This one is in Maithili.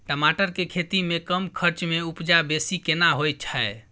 टमाटर के खेती में कम खर्च में उपजा बेसी केना होय है?